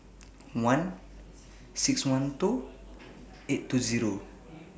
one six one two eight two Zero